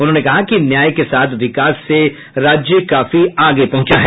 उन्होंने कहा कि न्याय के साथ विकास से राज्य काफी आगे पहुंचा है